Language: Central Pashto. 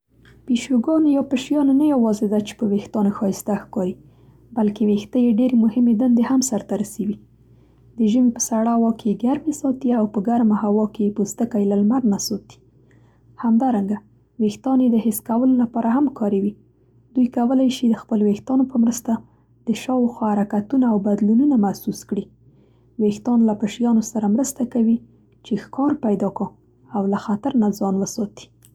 پیشوګانې یا پشیانې نه یوازې دا چې په وېښتانو ښایسته ښکاري، بلکې وېښته یې ډېرې مهمې دندې هم سرته رسوي. د ژمي په سړه هوا کې یې ګرمې ساتي او په ګرمه هوا کې یې پوستکی له لمر نه ساتي. همدارنګه، ویښتان یې د حس کولو لپاره هم کار کوي، دوی کولی شي د خپلو ویښتانو په مرسته د شاوخوا حرکتونه او بدلونونه محسوس کړي. ویښتان له پشیانو سره مرسته کوي چې ښکار پیدا کا او له خطره ځان وساتي.